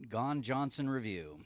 gone johnson review